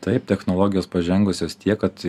taip technologijos pažengusios tiek kad